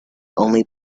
only